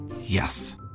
Yes